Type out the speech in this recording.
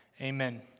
Amen